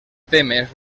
temes